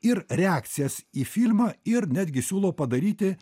ir reakcijas į filmą ir netgi siūlau padaryti